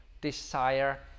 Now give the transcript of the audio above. desire